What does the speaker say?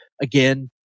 Again